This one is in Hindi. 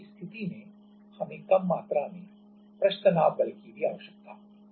उस स्थिति में हमें कम मात्रा में पृष्ठ तनाव बल की भी आवश्यकता होगी